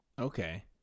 Okay